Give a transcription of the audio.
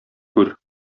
күр